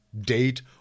date